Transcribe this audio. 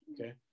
Okay